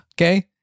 Okay